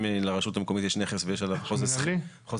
אם לרשות המקומית יש נכס ויש עליו חוזה שכירות,